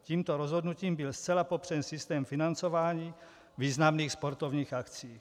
Tímto rozhodnutím byl zcela popřen systém financování významných sportovních akcí.